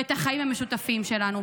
ואת החיים המשותפים שלנו.